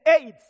aids